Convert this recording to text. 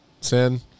Sin